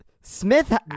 Smith